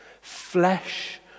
Flesh